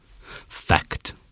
fact